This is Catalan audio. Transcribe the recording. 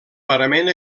parament